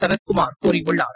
சனத்குமார் கூறியுள்ளார்